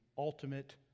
ultimate